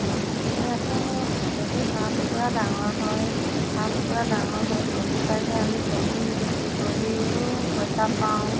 তাৰপিছতে আকৌ যদি হাঁহ কুকুৰা ডাঙৰ হয় হাহঁ কুকুৰা জাঙৰ হৈ কণী পাৰিলে আমি কণী বিক্ৰী কৰিও পইচা পাওঁ